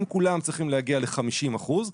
אם כולם צריכים להגיע ל-50 אחוזים,